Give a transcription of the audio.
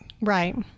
right